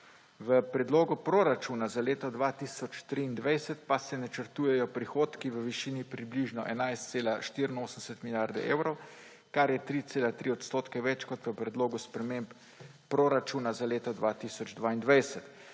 V predlogu proračuna za leto 2023 pa se načrtujejo prihodki v višini približno 11,84 milijarde evrov, kar je 3,3 % več kot v predlogu sprememb proračuna za leto 2022.